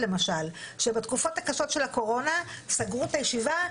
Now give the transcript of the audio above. שבתקופות הקשות של הקורונה סגרו את הישיבה,